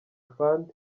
fund